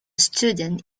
student